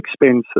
expensive